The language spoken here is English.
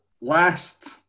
last